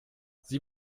sie